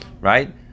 right